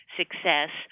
success